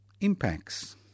Impacts